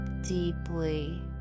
deeply